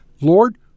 Lord